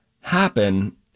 happen